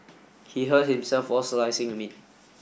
he hurt himself while slicing the meat